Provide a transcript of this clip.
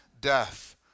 death